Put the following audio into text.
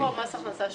זה לא מס הכנסה שלילי.